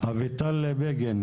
אביטל בגין,